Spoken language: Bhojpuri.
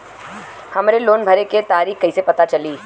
हमरे लोन भरे के तारीख कईसे पता चली?